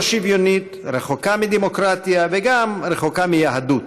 לא שוויונית, רחוקה מדמוקרטיה וגם רחוקה מיהדות.